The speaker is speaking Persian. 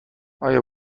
آیا